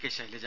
K Shailaja